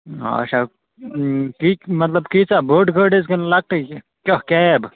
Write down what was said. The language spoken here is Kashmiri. اَچھا کِتۍ مطلب کیٖژاہ بٔڈ گٲڑۍ حظ کِنہٕ لۅکٹٕے کاںٛہہ کیب